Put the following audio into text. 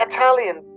Italian